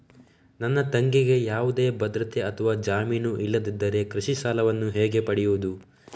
ನನ್ನ ತಂಗಿಗೆ ಯಾವುದೇ ಭದ್ರತೆ ಅಥವಾ ಜಾಮೀನು ಇಲ್ಲದಿದ್ದರೆ ಕೃಷಿ ಸಾಲವನ್ನು ಹೇಗೆ ಪಡೆಯುದು?